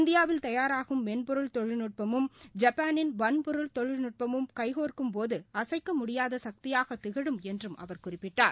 இந்தியாவில் தயாராகும் மென்பொருள் தொழில்நுட்பமும் ஜப்பாளின் வன்பொருள் தொழில்நுட்பமும் கைகோர்க்கும்போதுஅசைக்கமுடியாகசக்தியாகதிகழும் என்றும் அவர் குறிப்பிட்டார்